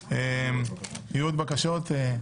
יוגשו עוד בקשות.